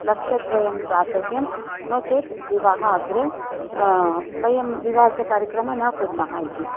लक्षद्वयं द्वातव्यं नो चेत् विवाहः अग्रे वयं विवाहस्य कार्यक्रमं न कुर्मः इति